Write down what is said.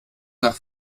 nach